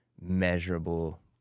measurable